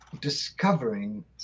discovering